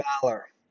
valor